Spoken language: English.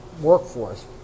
workforce